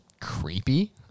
creepy